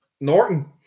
Norton